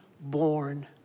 born